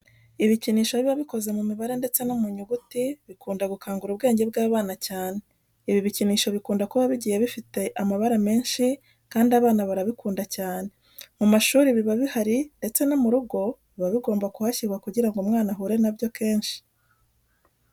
Ibikinisho biba bikoze mu mibare ndetse no mu nyuguti bikunda gukangura ubwenge bw'abana cyane. Ibi bikinisho bikunda kuba bigiye bifite amabara menshi kandi abana barabikunda cyane. Mu mashuri biba bihari ndetse no mu rugo biba bigomba kuhashyirwa kugira ngo umwana ahure na byo kenshi.